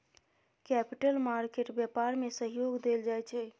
capital market व्यापार में सहयोग देल जाइ छै